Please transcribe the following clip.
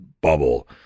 bubble